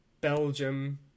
Belgium